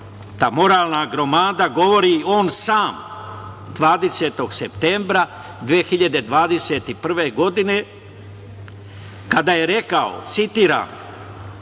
ta moralna gromada, govori on sam 20. septembra 2021. godine kada je rekao, citiram: